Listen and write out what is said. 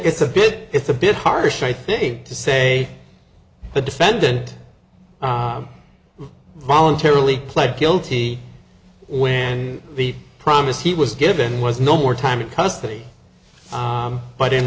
it's a bit it's a bit harsh i think to say the defendant voluntarily pled guilty when the promise he was given was no more time in custody but in